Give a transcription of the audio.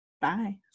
Bye